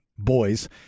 boys